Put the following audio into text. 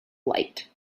light